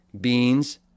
beans